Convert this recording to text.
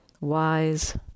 wise